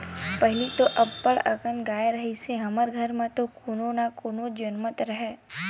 पहिली तो अब्बड़ अकन गाय रिहिस हे हमर घर म त कोनो न कोनो ह जमनतेच राहय